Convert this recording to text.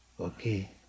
Okay